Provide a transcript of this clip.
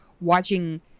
watching